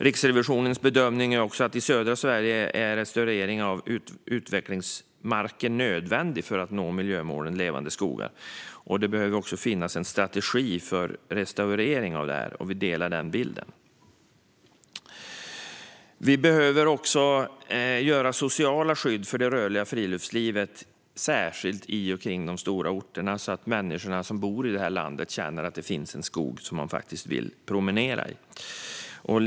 Riksrevisionens bedömning är också att restaurering av utvecklingsmarker är nödvändig i södra Sverige för att nå miljömålet Levande skogar. Det behöver också finnas en strategi för restaurering. Vi delar denna bild. Vi behöver också införa sociala skydd för det rörliga friluftslivet, särskilt i och kring de stora orterna, så att människorna som bor i detta land känner att det finns en skog som de faktiskt vill promenera och vistas i.